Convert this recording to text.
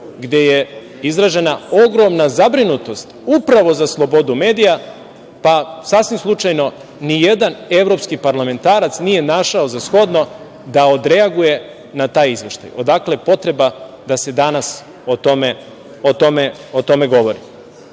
gde je izražena ogromna zabrinutost upravo za slobodu medija, pa sasvim slučajno nijedan evropski parlamentarac nije našao za shodno da odreaguje na taj izveštaj, odakle je potreba da se danas o tome govori. Na